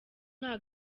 nta